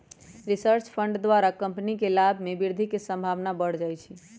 research fund द्वारा company के लाभ में वृद्धि के संभावना बढ़ जाइ छइ